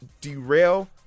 derail